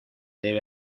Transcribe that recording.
debe